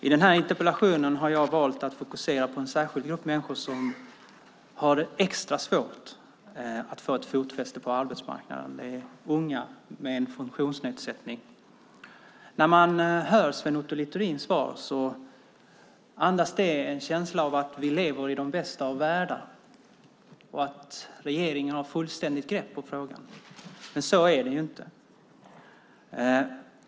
I min interpellation har jag valt att fokusera på en grupp människor som har extra svårt att få fotfäste på arbetsmarknaden, nämligen unga med funktionsnedsättning. Sven Otto Littorins svar ger en känsla av att vi lever i den bästa av världar och att regeringen har fullständigt grepp om frågan. Så är det dock inte.